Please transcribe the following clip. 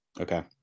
Okay